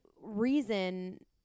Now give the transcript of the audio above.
reason